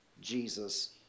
Jesus